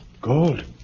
Gold